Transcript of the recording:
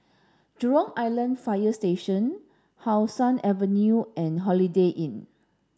Jurong Island Fire Station How Sun Avenue and Holiday Inn